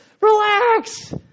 relax